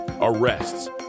arrests